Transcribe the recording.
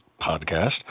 podcast